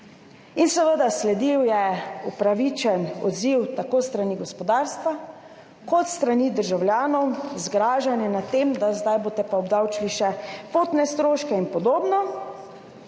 Seveda, sledil je upravičen odziv tako s strani gospodarstva kot s strani državljanov, zgražanje nad tem, da boste pa zdaj obdavčili še potne stroške in podobno.